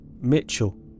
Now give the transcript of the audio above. Mitchell